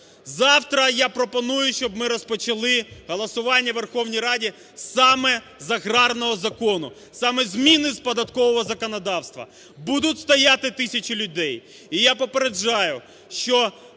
Завтра я пропоную, щоб ми розпочали голосування у Верховній Раді саме з аграрного закону, саме зміни з податкового законодавства. Будуть стояти тисячі людей. І я попереджаю, що